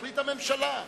תחליט הממשלה.